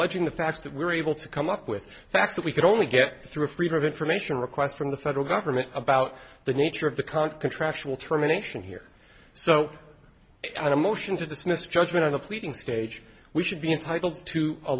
alleging the fact that we're able to come up with facts that we can only get through a freedom of information request from the federal government about the nature of the current contractual terminations here so a motion to dismiss judgment on the pleading stage we should be entitled to a